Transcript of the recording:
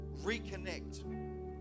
reconnect